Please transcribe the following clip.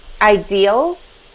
ideals